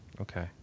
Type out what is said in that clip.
Okay